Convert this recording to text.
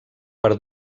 per